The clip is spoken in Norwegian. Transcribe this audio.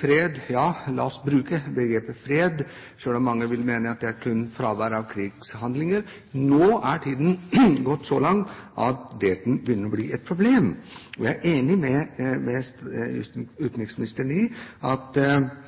fred – ja, la oss bruke begrepet «fred», selv om mange vil mene at det kun er fravær av krigshandlinger. Nå har det gått så lang tid at Dayton-avtalen begynner å bli et problem. Jeg er enig med utenriksministeren i at